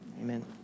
amen